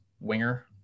winger